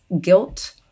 guilt